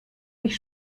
mich